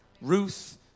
Ruth